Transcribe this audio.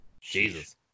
Jesus